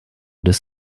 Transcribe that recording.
des